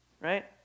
right